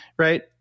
Right